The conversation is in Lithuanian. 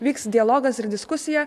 vyks dialogas ir diskusija